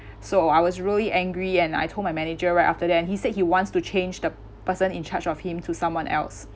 so I was really angry and I told my manager right after then he said he wants to change the person in charge of him to someone else